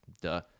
duh